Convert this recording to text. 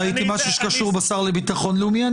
ראיתי משהו שקשור בשר לביטחון לאומי.